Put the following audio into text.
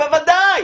לא.